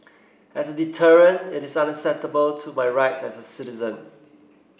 as a deterrent it is unacceptable to my rights as a citizen